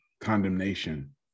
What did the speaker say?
condemnation